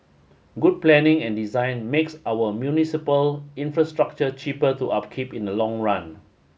good planning and design makes our municipal infrastructure cheaper to upkeep in the long run